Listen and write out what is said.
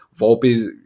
volpe's